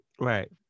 Right